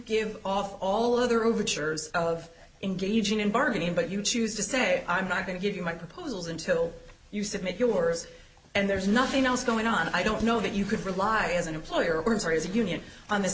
give off all other overtures of engaging in bargaining but you choose to say i'm not going to give you my proposals until you submit yours and there's nothing else going on i don't know that you could rely as an employer or unserious union on th